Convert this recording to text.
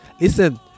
listen